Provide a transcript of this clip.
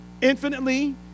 Infinitely